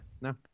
No